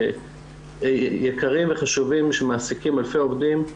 שיקרים וחשובים שמעסיקים אלפי עובדים.